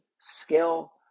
skill